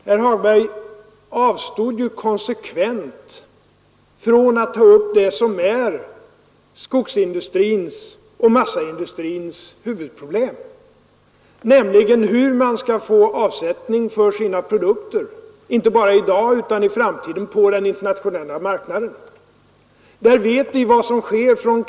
Herr Hagberg avstår konsekvent från att ta upp det som är skogsoch massaindustrins huvudproblem, nämligen hur man skall få avsättning för sina produkter på den internationella marknaden, inte bara i dag utan också i framtiden.